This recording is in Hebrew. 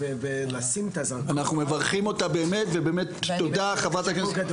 אנחנו מברכים אותה באמת, ובאמת תודה חברת הכנסת.